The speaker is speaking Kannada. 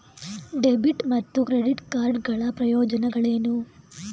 ಡೆಬಿಟ್ ಮತ್ತು ಕ್ರೆಡಿಟ್ ಕಾರ್ಡ್ ಗಳ ಪ್ರಯೋಜನಗಳೇನು?